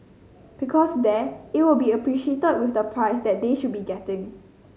because there it will be appreciated with the price that they should be getting